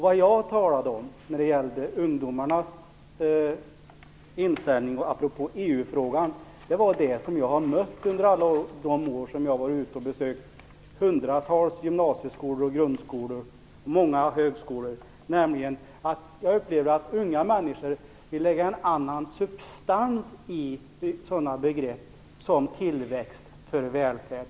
Vad jag talade om när det gäller ungdomarnas inställning i EU-frågan är det som jag har mött under alla de år som jag har varit ute och besökt hundratals gymnasieskolor och grundskolor och många högskolor. Jag har upplevt att unga människor vill lägga en annan substans i begrepp som tillväxt för välfärd.